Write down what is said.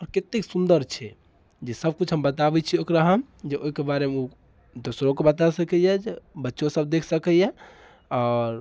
आओर कतेक सुन्दर छै जे सब किछु हम बताबैत छी ओकरा हम जे ओहिके बारेमे ओ दोसरोके बताए सकैए जे बच्चो सब देखि सकैए आओर